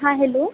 हँ हेलो